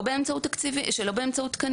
לכם לכולכם,